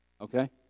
Okay